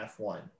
F1